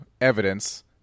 evidence